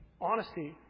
Honesty